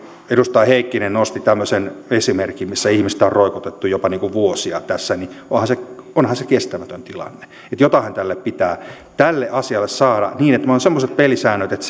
edustaja heikkinen nosti tämmöisen esimerkin missä ihmistä on roikotettu jopa vuosia tässä ja onhan se kestämätön tilanne niin että jotainhan tälle asialle pitää tehdä että meillä olisi semmoiset pelisäännöt että